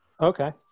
Okay